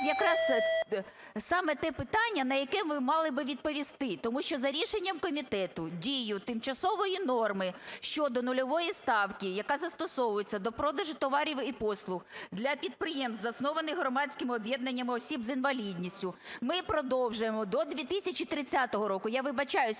саме те питання, на яке ви мали би відповісти. Тому що за рішенням комітету дію тимчасової норми щодо нульової ставки, яка застосовується до продажу товарів і послуг для підприємств, заснованих громадськими об'єднаннями осіб з інвалідністю, ми продовжуємо до 2030 року. Я вибачаюсь,